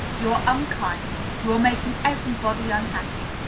you are unkind you are making everybody unhappy.